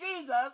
Jesus